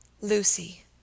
Lucy